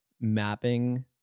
mapping